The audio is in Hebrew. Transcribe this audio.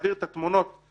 אבל אני לא מתייאש מדבר כזה,